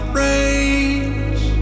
range